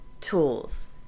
tools